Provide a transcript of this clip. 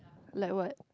like what